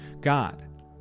God